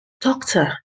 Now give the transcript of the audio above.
Doctor